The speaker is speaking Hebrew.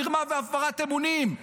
מרמה והפרת אמונים.